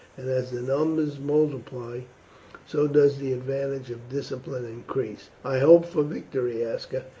and as the numbers multiply so does the advantage of discipline increase. i hope for victory, aska,